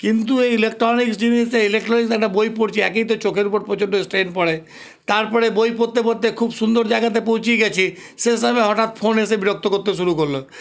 কিন্তু এই ইলেকট্রনিক জিনিসে ইলেকট্রনিক একটা বই পড়ছি একেই তো চোখের ওপর প্রচণ্ড স্ট্রেন পড়ে তারপরে বই পড়তে পড়তে খুব সুন্দর জায়গাতে পৌঁছিয়ে গেছি সেই সময়ে হঠাৎ ফোন এসে বিরক্ত করতে শুরু করলো